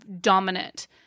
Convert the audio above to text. dominant